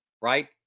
Right